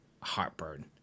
heartburn